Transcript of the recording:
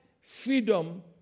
freedom